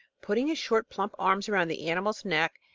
putting his short, plump arms around the animal's neck,